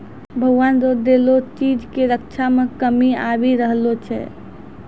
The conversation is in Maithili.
भगवान रो देलो चीज के रक्षा मे कमी आबी रहलो छै